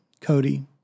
Cody